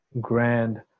grand